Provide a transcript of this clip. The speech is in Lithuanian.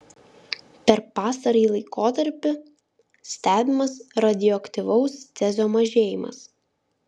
per pastarąjį laikotarpį stebimas radioaktyvaus cezio mažėjimas